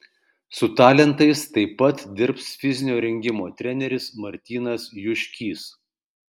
su talentais taip pat dirbs fizinio rengimo treneris martynas juškys